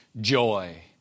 joy